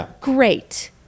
great